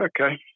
Okay